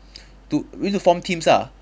to we need to form teams ah